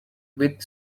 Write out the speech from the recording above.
with